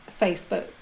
Facebook